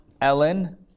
Ellen